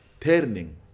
turning